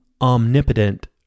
omnipotent